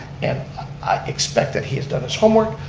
and i expect that he has done his homework,